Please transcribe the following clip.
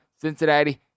Cincinnati